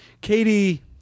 Katie